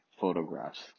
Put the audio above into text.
photographs